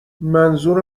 منظور